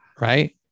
right